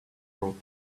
wrote